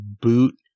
boot